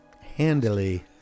Handily